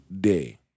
day